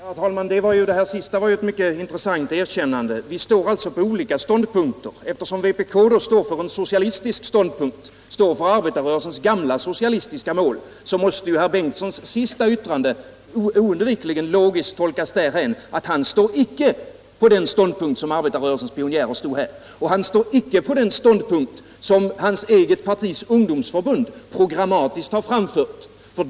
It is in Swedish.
Herr talman! Det sista herr Bengtsson i Landskrona sade var ett mycket intressant erkännande: vi står alltså på olika ståndpunkter. Eftersom vpk står för en socialistisk ståndpunkt, för arbetarrörelsens gamla socialistiska mål, måste ju herr Bengtssons senaste yttrande tolkas så, att han här icke står på samma ståndpunkt som arbetarrörelsens pionjärer. Han står således icke heller på den ståndpunkt som hans eget partis ungdomsförbund programmatiskt har framfört.